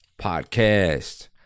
podcast